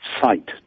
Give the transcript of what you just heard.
site